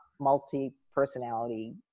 multi-personality